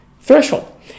threshold